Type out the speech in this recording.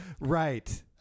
right